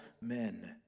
men